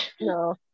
no